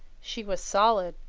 she was solid,